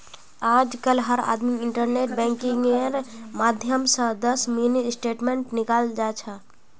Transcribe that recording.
आजकल हर आदमी इन्टरनेट बैंकिंगेर माध्यम स दस मिनी स्टेटमेंट निकाल जा छ